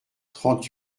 trente